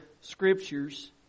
scriptures